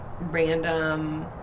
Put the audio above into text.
random